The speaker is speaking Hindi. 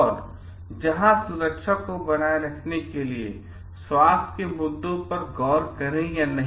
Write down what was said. और जहां सुरक्षा को बनाए रखने के लिए स्वास्थ्य के मुद्दों पर गौर करें या नहीं